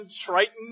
Triton